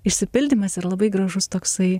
išsipildymas ir labai gražus toksai